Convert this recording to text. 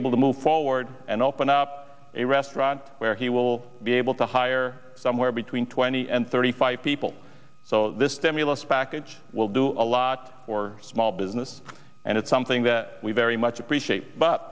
able to move forward and open up a restaurant where he will be able to hire somewhere between twenty and thirty five people so this stimulus package will do a lot for small business and it's something that we very much appreciate but